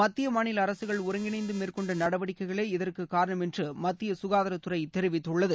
மத்திய மாநில அரசுகள் ஒருங்கிணைந்து மேற்கொண்ட நடவடிக்கைகளே இதற்கு காரணம் என்று மத்திய சுகாதாரத்துறை தெரிவித்துள்ளது